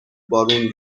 بارون